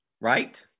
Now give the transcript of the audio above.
Right